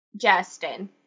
Justin